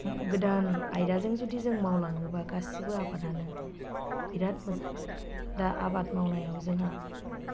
गोदान आयदाजों जुदि जों मावलाङोब्ला गासैबो आबादफोरानो बिराद मोजां दा आबाद मावनायाव जोंहा